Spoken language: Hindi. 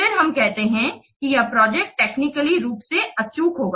फिर हम कहते हैं यह की प्रोजेक्ट टेक्निकली रूप से अचूक होगी